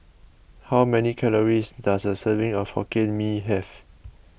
how many calories does a serving of Hokkien Mee have